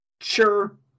Sure